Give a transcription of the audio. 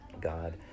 God